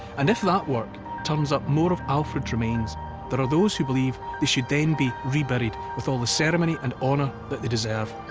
and if that work turns up more of alfred's remains, there are those who believe they should then be reburied with all the ceremony and honour that they deserve.